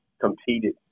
competed